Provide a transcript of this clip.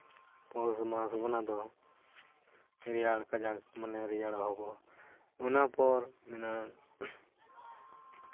ᱯᱳᱥ ᱢᱟᱥ ᱚᱱᱟ ᱫᱚ ᱨᱮᱭᱟᱲ ᱠᱟᱡᱟᱠ ᱨᱮᱭᱟᱲ ᱮᱦᱚᱵᱚᱜᱼᱟ ᱚᱱᱟ ᱯᱚᱨ ᱚᱱᱟ